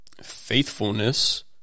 faithfulness